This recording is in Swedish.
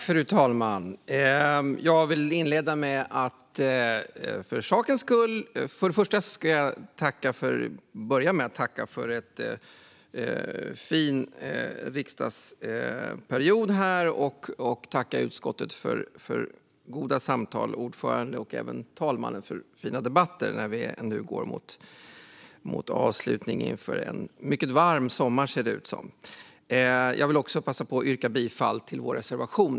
Fru talman! Jag börjar med att tacka för en fin riksdagsperiod. Nu när vi går mot avslutning och vad som ser ut att bli en mycket varm sommar vill jag tacka utskottet för goda samtal och ordföranden och talmannen för fina debatter. Jag vill också passa på att yrka bifall till vår reservation.